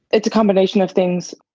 it's a combination of things.